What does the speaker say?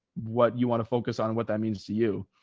what you want to focus on what that means to you?